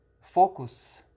focus